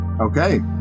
Okay